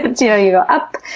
but yeah you go up,